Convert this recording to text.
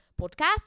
podcast